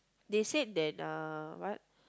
they said that uh what